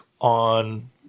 on